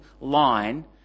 line